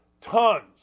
tons